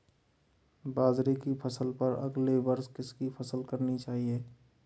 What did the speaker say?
बाजरे की फसल पर अगले वर्ष किसकी फसल करनी चाहिए?